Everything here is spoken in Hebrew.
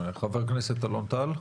חבר הכנסת אלון טל.